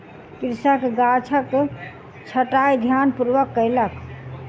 कृषक गाछक छंटाई ध्यानपूर्वक कयलक